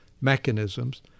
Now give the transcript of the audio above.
mechanisms